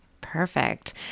Perfect